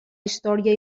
història